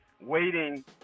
waiting